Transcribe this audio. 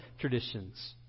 traditions